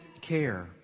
care